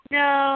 no